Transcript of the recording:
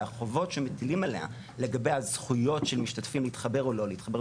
והחובות שמטילים עליה לגבי הזכויות של משתתפים להתחבר או לא להתחבר,